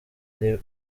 ari